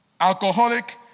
Alcoholic